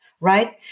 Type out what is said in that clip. right